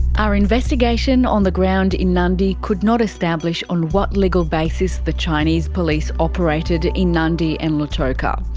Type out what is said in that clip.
our investigation on the ground in nadi could not establish on what legal basis the chinese police operated in nadi and lautoka.